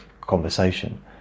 conversation